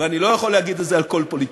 ואני לא יכול להגיד את זה על כל פוליטיקאי,